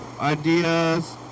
ideas